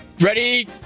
Ready